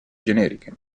generiche